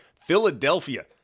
Philadelphia